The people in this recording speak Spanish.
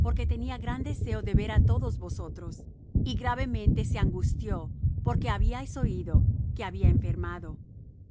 porque tenía gran deseo de ver á todos vosotros y gravemente se angustió porque habíais oído que había enfermado